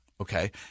okay